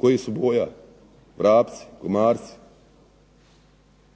Kojih su boja? Vrapci, komarci?